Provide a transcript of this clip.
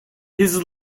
his